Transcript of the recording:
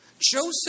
Joseph